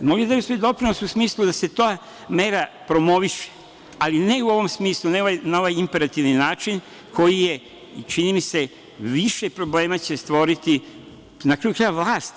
Mogli bi da daju svoj doprinos u smislu da se ta mera promoviše, ali ne i u ovom smislu, ne na ovaj imperativni način, koji će, čini mi se, više problema stvoriti, na kraju krajeva, vlasti.